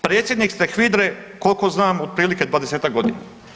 Predsjednik ste HVIDR-e koliko znam otprilike 20-tak godina.